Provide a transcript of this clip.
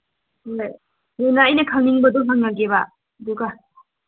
ꯑꯩꯅ ꯈꯪꯅꯤꯡꯕꯗꯣ ꯍꯪꯉꯒꯦꯕ ꯑꯗꯨꯒ